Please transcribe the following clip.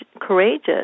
courageous